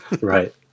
Right